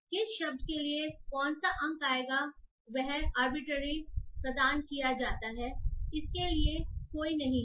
किस शब्द के लिए कौन सा अंक आएगा वह आर्बिट्रेरी प्रदान किया जाता है इसके लिए कोई नहीं है